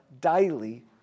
daily